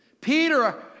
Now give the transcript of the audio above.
Peter